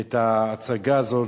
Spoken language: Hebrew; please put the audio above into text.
את ההצגה הזאת,